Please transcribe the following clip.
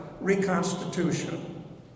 reconstitution